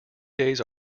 days